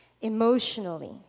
emotionally